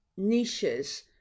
niches